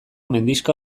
mendixka